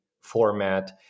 format